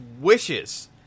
wishes